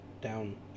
down